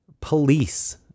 police